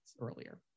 earlier